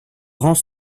rangs